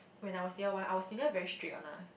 when I was year one our senior very strict on us